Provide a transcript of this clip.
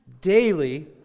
daily